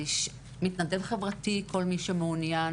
מתנדב חברתי, כל מי שמעוניין.